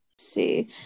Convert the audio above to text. see